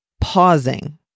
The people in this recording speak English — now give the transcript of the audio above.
pausing